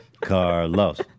Carlos